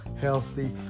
healthy